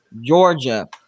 georgia